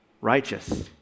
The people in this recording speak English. righteous